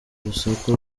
urusaku